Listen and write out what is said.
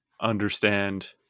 understand